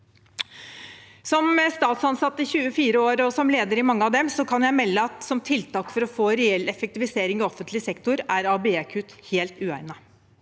Som statsansatt i 24 år – og som leder i mange av dem – kan jeg melde at som tiltak for å få reell effektivisering av offentlig sektor er ABE-kutt helt uegnet,